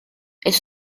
elles